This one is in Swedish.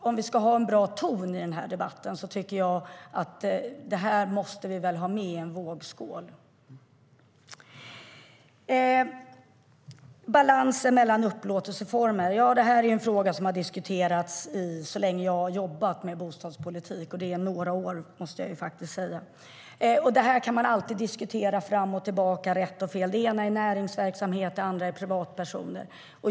Om vi ska ha en bra ton i den här debatten måste vi ha med det i en vågskål. Balansen mellan upplåtelseformer är en fråga som har diskuterats så länge jag har jobbat med bostadspolitik, och det är några år. Man kan alltid diskutera fram och tillbaka vad som är rätt eller fel. Det ena är näringsverksamhet; det andra är privatpersoner.